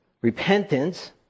repentance